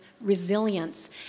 resilience